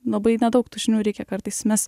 labai nedaug tų žinių reikia kartais mes